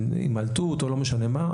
הימלטות או לא משנה מה,